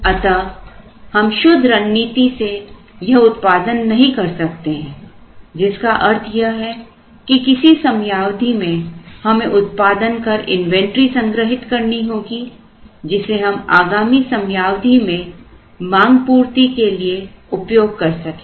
अतः हम शुद्ध रणनीति से यह उत्पादन नहीं कर सकते जिसका अर्थ यह है कि किसी समयावधि में हमें उत्पादन कर इन्वेंटरी संग्रहित करनी होगी जिसे हम आगामी समयावधि में मांगपूर्ति के लिए उपयोग कर सकें